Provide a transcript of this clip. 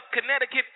Connecticut